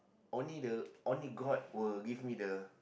only the only god will give me the